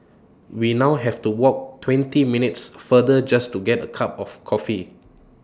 we now have to walk twenty minutes further just to get A cup of coffee